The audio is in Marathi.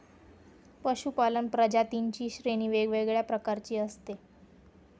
पशूपालन प्रजातींची श्रेणी वेगवेगळ्या प्रकारची असते